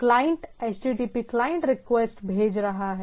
client HTTP client request भेज रहा है